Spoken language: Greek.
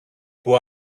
που